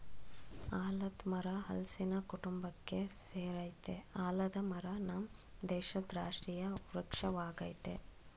ಆಲದ್ ಮರ ಹಲ್ಸಿನ ಕುಟುಂಬಕ್ಕೆ ಸೆರಯ್ತೆ ಆಲದ ಮರ ನಮ್ ದೇಶದ್ ರಾಷ್ಟ್ರೀಯ ವೃಕ್ಷ ವಾಗಯ್ತೆ